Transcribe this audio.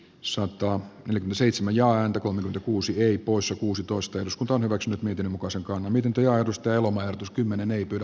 soitto eli gseitsemän ja antakoon kuusi kei poissa kuusitoista eduskunta on hyväksynyt miten muka se miten kirjoitus tee lomautus kymmenen ei pidä